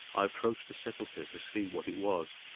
i approached the sepulchre to see what it was,